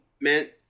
meant